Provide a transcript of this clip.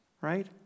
right